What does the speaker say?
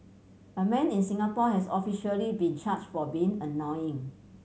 a man in Singapore has officially been charge for being annoying